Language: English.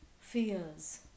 fears